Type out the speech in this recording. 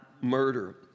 murder